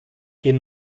gehen